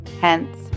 Hence